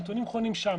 הנתונים חונים שם.